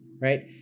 Right